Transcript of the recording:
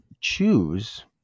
choose